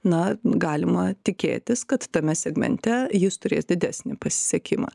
na galima tikėtis kad tame segmente jis turės didesnį pasisekimą